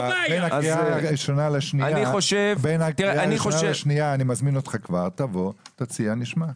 בין הראשונה לשנייה תבוא, תציע ונשמע.